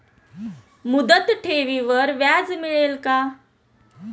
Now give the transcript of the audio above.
मुदत ठेवीवर व्याज मिळेल का?